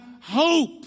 hope